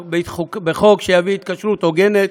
בחוק שיביא התקשרות הוגנת,